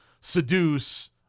seduce